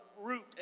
root